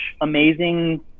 amazing